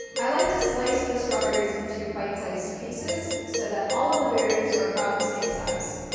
i like to slice the strawberries into bite-sized pieces so that all of the berries are about the same size.